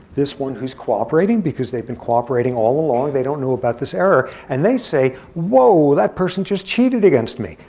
this one who's cooperating, because they've been cooperating all along. they don't know about this error. and they say whoa, that person just cheated against me.